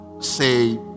say